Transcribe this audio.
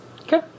Okay